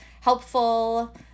helpful